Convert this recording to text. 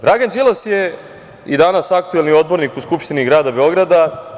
Dragan Đilas je i danas aktuelni odbornik u Skupštini grada Beograda.